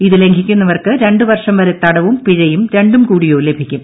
ഇതു ലംഘിക്കുന്നവർക്ക് രണ്ട് വർഷം വരെ തടവും പിഴയും രണ്ടും കൂടിയോ ലഭിക്കും